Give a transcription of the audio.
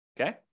okay